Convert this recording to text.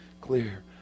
clear